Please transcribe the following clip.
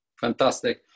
Fantastic